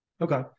Okay